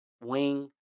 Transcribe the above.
wing